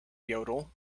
yodel